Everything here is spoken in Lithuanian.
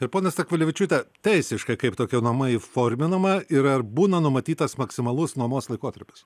tai ponia stakvilevičiūte teisiškai kaip tokia nuoma įforminama ir ar būna numatytas maksimalus nuomos laikotarpis